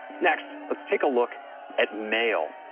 next, let's take a look at mail.